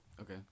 Okay